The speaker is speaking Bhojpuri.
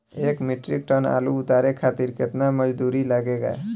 एक मीट्रिक टन आलू उतारे खातिर केतना मजदूरी लागेला?